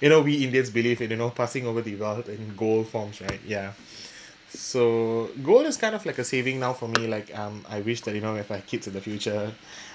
you know we indians believe in you know passing over the wealth in gold forms right ya so gold is kind of like a saving now for me like um I wish that you know with my kids in the future